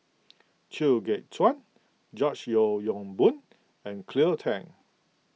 Chew Kheng Chuan George Yeo Yong Boon and Cleo Thang